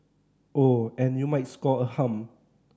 oh and you might score a hum